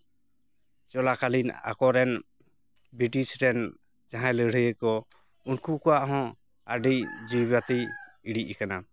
ᱪᱚᱞᱟᱠᱟᱞᱤᱱ ᱟᱠᱚᱨᱮᱱ ᱵᱨᱤᱴᱤᱥ ᱨᱮᱱ ᱡᱟᱦᱟᱸᱭ ᱞᱟᱹᱲᱦᱟᱹᱭ ᱠᱚ ᱩᱱᱠᱩ ᱠᱚᱣᱟᱜ ᱦᱚᱸ ᱟᱹᱰᱤ ᱡᱤᱣᱤ ᱵᱟᱹᱛᱤ ᱤᱬᱤᱡ ᱟᱠᱟᱱᱟ